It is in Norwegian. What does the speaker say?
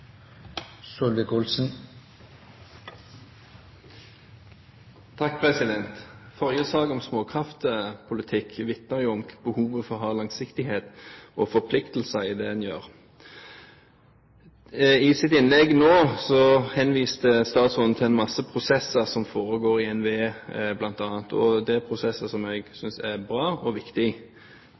å ha langsiktighet og forpliktelser i det en gjør. I sitt innlegg nå henviste statsråden til en mengde prosesser som bl.a. foregår i NVE. Det er prosesser som jeg synes er bra og